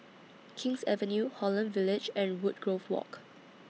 King's Avenue Holland Village and Woodgrove Walk